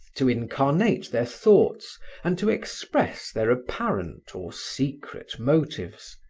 to incarnate their thoughts and to express their apparent or secret motives.